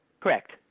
Correct